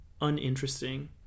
uninteresting